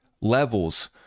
levels